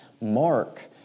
Mark